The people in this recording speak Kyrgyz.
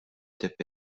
деп